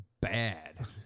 bad